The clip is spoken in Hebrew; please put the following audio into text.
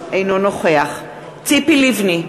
אינו נוכח ציפי לבני,